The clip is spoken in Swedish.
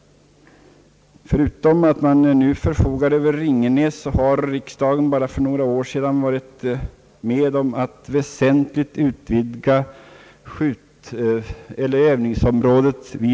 Förutom Ringenäs förfogar man över övningsområdet på Nyårsåsen, som riksdagen bara för några år sedan var med om att väsentligt utvidga.